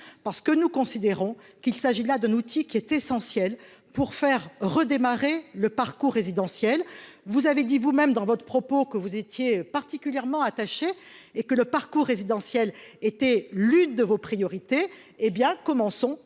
parce que nous considérons qu'il s'agit là d'un outil qui est essentielle pour faire redémarrer le parcours résidentiel, vous avez dit vous-même dans votre propos que vous étiez particulièrement attaché et que le parcours résidentiel était l'une de vos priorités, hé bien, commençons